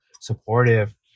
supportive